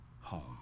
home